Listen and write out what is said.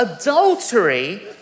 adultery